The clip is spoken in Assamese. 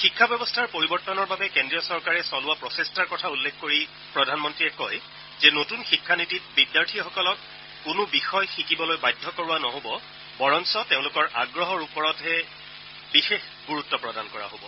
শিক্ষা ব্যৱস্থাৰ পৰিৱৰ্তনৰ বাবে কেজ্ৰীয় চৰকাৰে চলোৱা প্ৰচেষ্টাৰ কথা উল্লেখ কৰি প্ৰধানমন্ত্ৰীয়ে কয় যে নতুন শিক্ষানীতিত বিদ্যাৰ্থীসকলক কোনো বিষয় শিকিবলৈ বাধ্য কৰা নহব বৰং তেওঁলোকৰ আগ্ৰহৰ ওপৰত বিশেষ গুৰুত্ব প্ৰদান কৰা হব